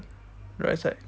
right side